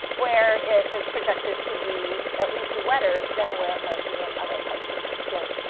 where it is projected to be at least wetter than where it might be in other parts of the state.